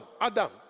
Adam